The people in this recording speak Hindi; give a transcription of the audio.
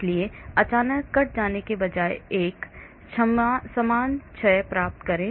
इसलिए अचानक कट जाने के बजाय एक समान क्षय प्राप्त करें